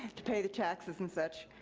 to pay the taxes and such,